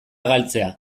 galtzea